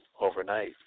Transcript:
overnight